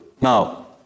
Now